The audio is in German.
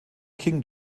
qing